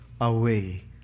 away